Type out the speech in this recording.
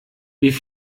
wie